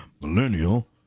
millennial